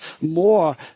more